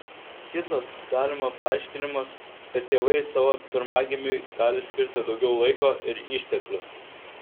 kitas galima paaiškinimas kad tėvai savo pirmagimiui gali skirti daugiau laiko ir išteklių